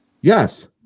Yes